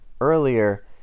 earlier